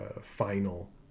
final